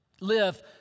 Live